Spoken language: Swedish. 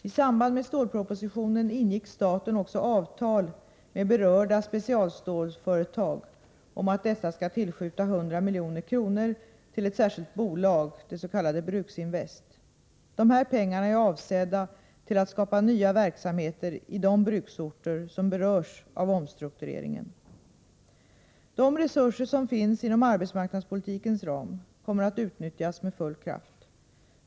I samband med stålpropositionen ingick staten också avtal med berörda specialstålsföretag om att dessa skall tillskjuta 100 milj.kr. till ett särskilt bolag, det s.k. Bruksinvest. De här pengarna är avsedda till att skapa nya verksamheter i de bruksorter som berörs av omstruktureringen. De resurser som finns inom arbetsmarknadspolitikens ram kommer att utnyttjas med full kraft.